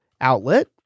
outlet